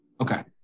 Okay